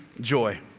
joy